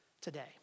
today